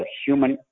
human